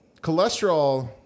cholesterol